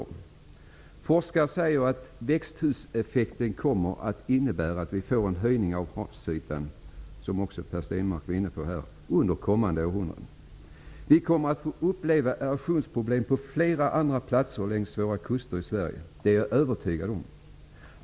Forskare säger -- det var också Per Stenmarck inne på -- att växthuseffekten kommer att innebära att vi får en höjning av havsytan under kommande århundraden. Vi kommer att få uppleva erosionsproblem på flera andra platser längs Sveriges kuster. Det är jag övertygad om.